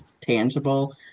tangible